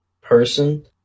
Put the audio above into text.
person